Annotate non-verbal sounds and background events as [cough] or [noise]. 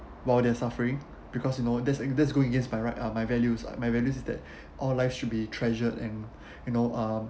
while they're suffering because you know that's that's going against by right uh my values uh my values is that all life should be treasured [breath] and you know um